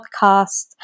podcast